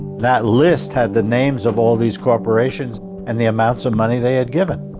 that list had the names of all these corporations and the amounts of money they had given.